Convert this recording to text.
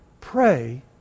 pray